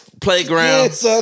Playground